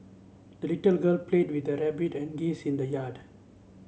the little girl played with her rabbit and geese in the yard